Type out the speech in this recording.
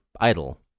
idle